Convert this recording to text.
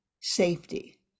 safety